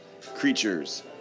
creatures